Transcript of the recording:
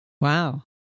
Wow